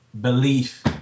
belief